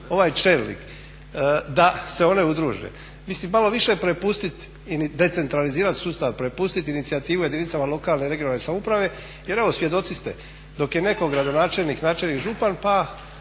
ovaj čelnik da se one udruže. Mislim malo više prepustit, decentralizirat sustav, prepustiti inicijativu jedinicama lokalne (regionalne) samouprave, jer evo svjedoci ste. Dok je netko gradonačelnik, načelnik, župan pa